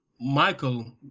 Michael